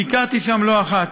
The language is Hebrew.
ביקרתי שם לא אחת.